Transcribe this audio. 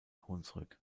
hunsrück